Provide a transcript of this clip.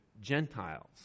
Gentiles